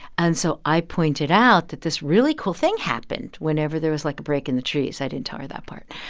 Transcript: and so i pointed out that this really cool thing happened whenever there was, like, a break in the trees. i didn't tell her that part.